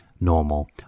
normal